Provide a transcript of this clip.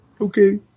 Okay